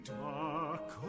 dark